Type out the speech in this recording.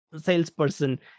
salesperson